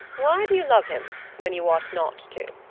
why do you love him when you ought not to?